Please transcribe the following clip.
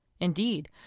Indeed